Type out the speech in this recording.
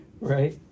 Right